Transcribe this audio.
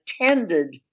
attended